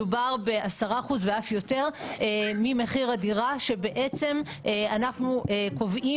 מדובר ב-10% ואף יותר ממחיר הדירה שבעצם אנחנו קובעים